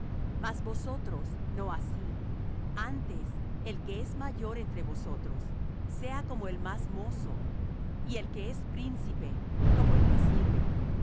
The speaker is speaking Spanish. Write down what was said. mas vosotros no así antes el que es mayor entre vosotros sea como el más mozo y el que es príncipe como el que sirve